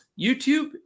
YouTube